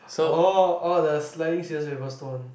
oh oh the sliding scissors papers stone